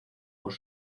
por